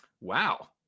Wow